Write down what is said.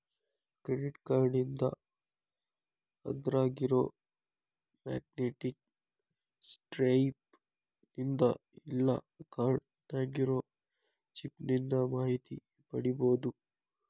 credit ಕಾರ್ಡ್ನಿಂದ ಅದ್ರಾಗಿರೊ magnetic stripe ನಿಂದ ಇಲ್ಲಾ ಕಾರ್ಡ್ ನ್ಯಾಗಿರೊ ಚಿಪ್ ನಿಂದ ಮಾಹಿತಿ ಪಡಿಬೋದು